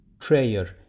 prayer